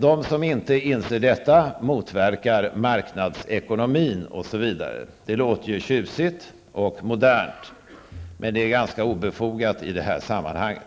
De som inte inser detta motverkar marknadsekonomin osv. Det låter ju tjusigt och modernt, men det är ganska obefogat i det här sammanhanget.